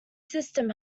system